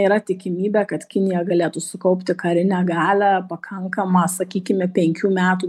yra tikimybė kad kinija galėtų sukaupti karinę galią pakankamą sakykime penkių metų